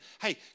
hey